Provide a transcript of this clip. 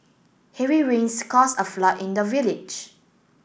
heavy rains caused a flood in the village